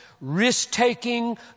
risk-taking